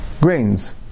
grains